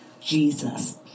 Jesus